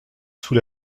sous